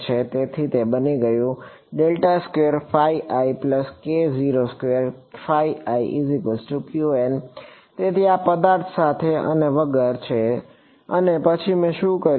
તેથી તે બની ગયું તેથી આ પદાર્થ સાથે અને વગર છે અને પછી મેં શું કર્યું